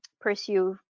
pursue